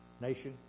nation